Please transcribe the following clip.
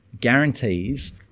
guarantees